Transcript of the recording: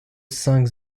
cinq